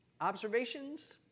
Observations